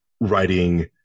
writing